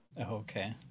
Okay